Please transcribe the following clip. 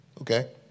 Okay